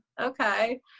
Okay